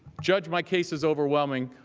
judge, my case is overwhelming,